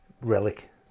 relic